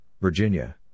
Virginia